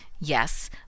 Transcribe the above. Yes